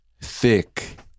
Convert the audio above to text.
thick